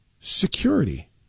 Security